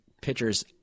pitcher's